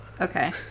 Okay